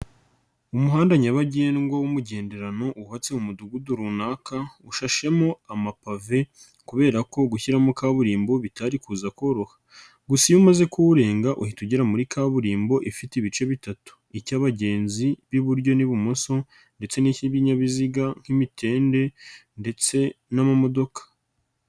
Umuhanda nyabagendwa w'umugenderano wubatse mu Mudugudu runaka ushashemo amapave kubera ko gushyiramo kaburimbo bitari kuza koroha gusa iyo umaze kuwurenga uhita ugera muri kaburimbo ifite ibice bitatu, icy'abagenzi b'iburyo n'ibumoso ndetse n'ik'ibinyabiziga nk'imitende ndetse n'amamodoka.